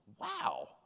Wow